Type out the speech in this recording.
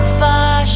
far